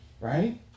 Right